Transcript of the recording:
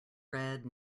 red